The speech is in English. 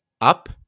up